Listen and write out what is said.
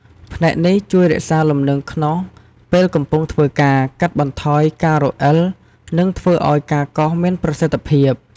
ផ្នែកនេះជួយរក្សាលំនឹងខ្នោសពេលកំពុងធ្វើការ កាត់បន្ថយការរអិល និងធ្វើឱ្យការកោសមានប្រសិទ្ធភាព។